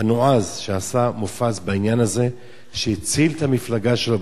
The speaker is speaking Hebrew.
הנועז שעשה מופז בעניין הזה, שהציל את המפלגה שלו.